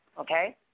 okay